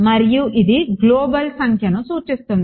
మరియు ఇది గ్లోబల్ సంఖ్యను సూచిస్తుంది